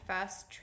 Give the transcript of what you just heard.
first